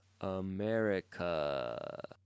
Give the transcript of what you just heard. America